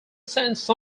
science